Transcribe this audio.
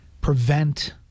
prevent